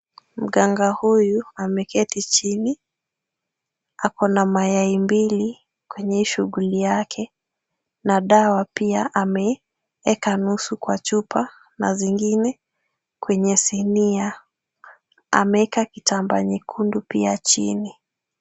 Mganga huyu ameketi chini. Ako na mayai mbili kwenye shughuli yake na dawa pia ameeka nusu kwa chupa na zingine kwenye sinia. Ameeka kitambaa nyekundu pia chini.